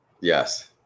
Yes